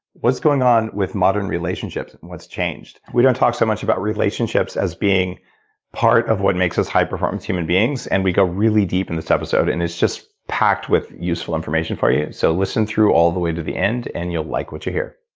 what's going on with modern relationships, what's changed. we don't talk so much about relationships as being part of what makes us high-performers as human beings and we go really deep in this episode. and it's just packed with useful information for you so listen through all the way to the end and you'll like what you hear.